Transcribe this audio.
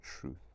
truth